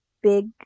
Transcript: big